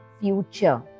future